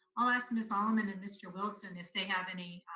i'll ask miss allaman and mr. wilson if they have any